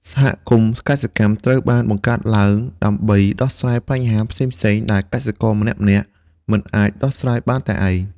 សហគមន៍កសិកម្មត្រូវបានបង្កើតឡើងដើម្បីដោះស្រាយបញ្ហាផ្សេងៗដែលកសិករម្នាក់ៗមិនអាចដោះស្រាយបានតែឯង។